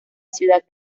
ciudad